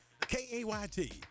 KAYT